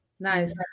Nice